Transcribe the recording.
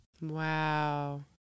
wow